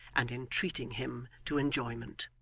and entreating him to enjoyment!